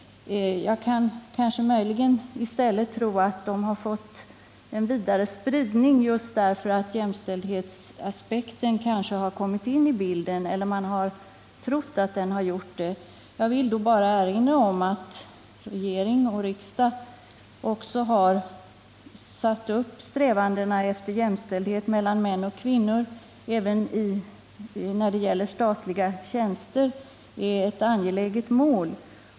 Det kanske möjligen kar. vara så att besvärsärendena har fått en vidare spridning, just därför att jämställdhetsaspekten har kommit in i bilden, eller därför att man har trott att den har gjort det. Jag vill då bara erinra om att regering och riksdag har satt upp strävandena efter jämlikhet mellan män och kvinnor även när det gäller statliga tjänster som ett angeläget mål.